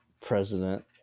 President